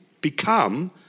become